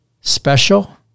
special